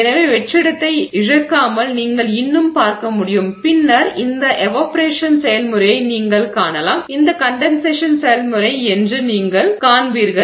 எனவே வெற்றிடத்தை இழக்காமல் நீங்கள் இன்னும் பார்க்க முடியும் பின்னர் இந்த எவாப்பொரேஷன் செயல்முறையை நீங்கள் காணலாம் இந்த கண்டென்சேஷன் செயல்முறை என்று நீங்கள் காண்பீர்கள்